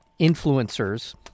influencers